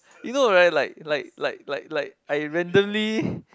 you know right like like like like like I randomly